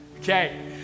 okay